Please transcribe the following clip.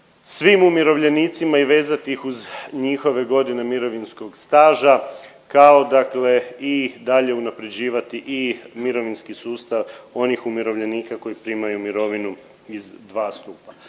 svim umirovljenicima i vezati ih u njihove godine mirovinskog staža kao dakle i dalje unaprjeđivati i mirovinski sustav onih umirovljenika koji primaju mirovinu iz dva stupa.